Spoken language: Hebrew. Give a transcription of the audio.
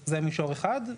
זה מישור אחד,